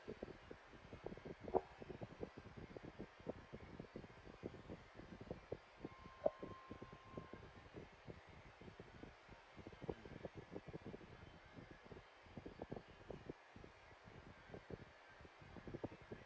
the